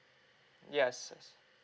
yes